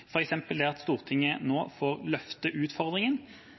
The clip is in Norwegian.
det at Stortinget nå får løfte utfordringen